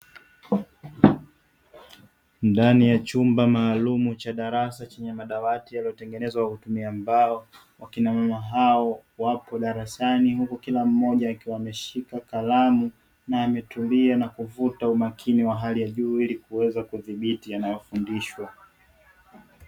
Ndani ya chumba maalumu cha darasa chenye madawati yaliyotengenezwa kutumia mbao, wakinamama hao wapo darasani huku kila mmoja akiwa ameshika kalamu na ametulia na kuvuta umakini wa hali ya juu. Ili kuweza kudhibiti yanayofundishwa.